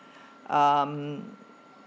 um